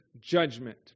judgment